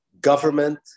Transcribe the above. government